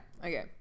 Okay